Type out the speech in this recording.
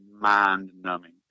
mind-numbing